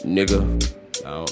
Nigga